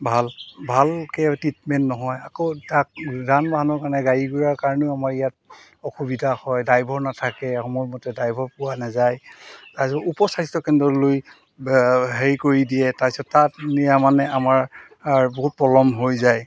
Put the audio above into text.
ভাল ভালকৈ ট্ৰিটমেণ্ট নহয় আকৌ তাক মানুহৰ কাৰণে গাড়ী গুড়াৰ কাৰণেও আমাৰ ইয়াত অসুবিধা হয় ড্ৰাইভৰ নাথাকে সময়মতে ড্ৰাইভৰ পোৱা নাযায় তাৰপিছত উপস্বাস্থ্যকেন্দ্ৰলৈ হেৰি কৰি দিয়ে তাৰপিছত তাত নিয়া মানে আমাৰ বহুত পলম হৈ যায়